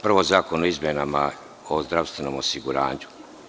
Prvo, zakon o izmenama Zakona o zdravstvenom osiguranju.